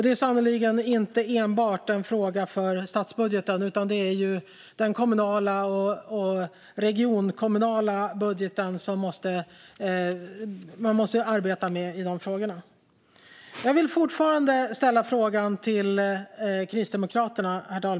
Det är verkligen inte enbart en fråga för statsbudgeten, utan det är de kommunala och regionala budgetarna man måste arbeta med i de frågorna. Herr talman! Jag har fortfarande en fråga till Kristdemokraterna.